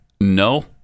no